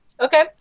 Okay